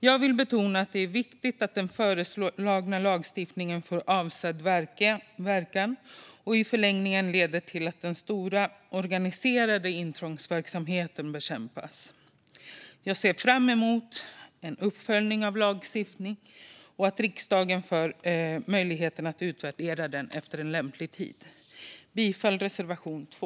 Jag vill betona att det är viktigt att den föreslagna lagstiftningen får avsedd verkan och i förlängningen leder till att den stora organiserade intrångsverksamheten bekämpas. Jag ser fram emot en uppföljning av lagstiftningen och att riksdagen får möjlighet att utvärdera den efter en lämplig tid. Jag yrkar bifall till reservation 2.